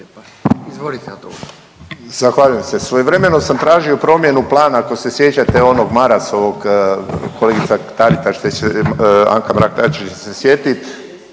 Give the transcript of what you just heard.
Tomislav (HDZ)** Zahvaljujem se. Svojevremeno sam tražio promjenu plana ako se sjećate onog Marasovog, kolegica Taritaš, Anka Mrak Taritaš će se sjetit